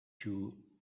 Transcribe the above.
two